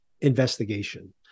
investigation